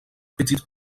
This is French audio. petites